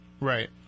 Right